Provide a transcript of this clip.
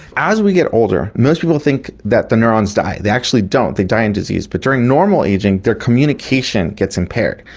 as we get older, most people think that the neurons die, they actually don't. they die in disease but during normal ageing their communication gets impaired,